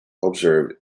observed